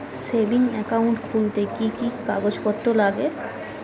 Savings account খুলতে কি কি কাগজপত্র লাগে?